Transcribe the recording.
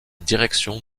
direction